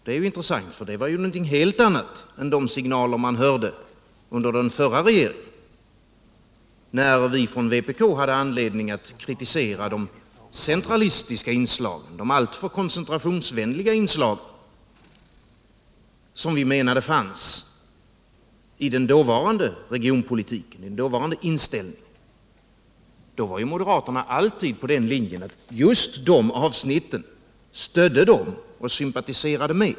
Det är ju intressant, för det är någonting helt annat än de signaler man hörde under den förra regeringen, när vi från vpk hade anledning att kritisera de centralistiska inslagen — de alltför koncentrationsvänliga inslagen — som vi menade fanns i den dåvarande inställningen till regionpolitiken. Då var ju moderaterna alltid på den linjen att just de avsnitten skulle de stödja och sympatisera med.